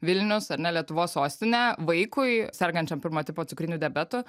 vilnius ar ne lietuvos sostinė vaikui sergančiam pirmo tipo cukriniu diabetu